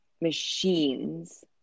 machines